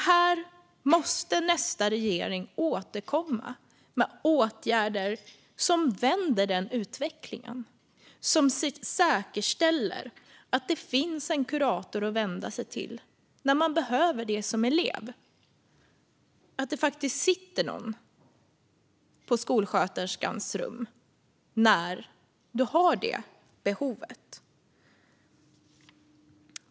Här måste nästa regering återkomma med åtgärder som vänder den utvecklingen, som säkerställer att det finns en kurator att vända sig till när man behöver det som elev och att det faktiskt sitter någon på skolsköterskans rum när man har det behovet.